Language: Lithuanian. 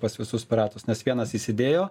pas visus piratus nes vienas įsidėjo